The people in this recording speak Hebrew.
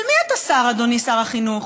של מי אתה שר, אדוני שר החינוך?